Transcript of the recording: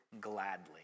gladly